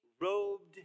robed